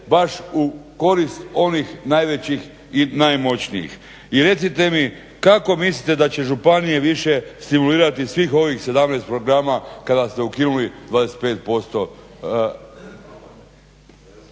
baš u korist onih najvećih i najmoćnijih. I recite mi kako mislite da će županije više simulirati svih ovih 17 programa kada ste ukinuli 25%?